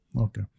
Okay